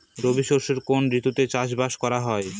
রবি শস্য কোন ঋতুতে চাষাবাদ করা হয়?